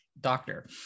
doctor